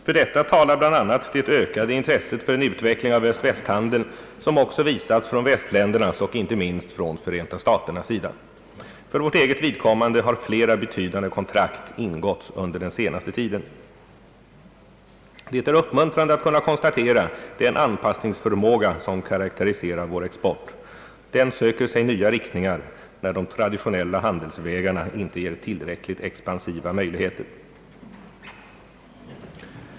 För detta talar bl.a. det ökade intresset för en utveckling av Öst-västhandeln som också visats från västländernas och inte minst från Förenta staternas sida. För vårt eget vidkommande har flera betydande kontrakt ingåtts under den senaste tiden. Det är uppmuntrande att kunna konstatera den anpassningsförmåga som karaktäriserar vår export. Den söker sig nya riktningar när de traditionella handelsvägarna inte ger tillräckligt expansiva möjligheter.